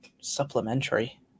supplementary